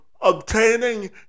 obtaining